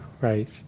right